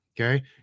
Okay